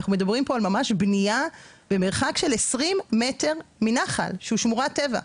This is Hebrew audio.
אנחנו מדברים פה על בנייה במרחק של 20 מטר מנחל שהוא שמורת טבע.